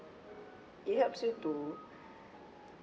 it helps you to